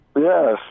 Yes